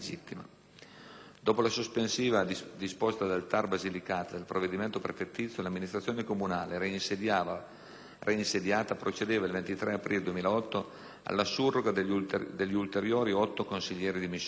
Dopo la sospensiva disposta dal TAR Basilicata del provvedimento prefettizio, l'amministrazione comunale reinsediata procedeva, il 23 aprile 2008, alla surroga degli ulteriori otto consiglieri dimissionari.